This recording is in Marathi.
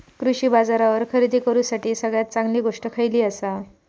कृषी बाजारावर खरेदी करूसाठी सगळ्यात चांगली गोष्ट खैयली आसा?